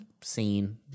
scene